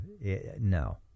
no